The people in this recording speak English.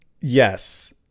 yes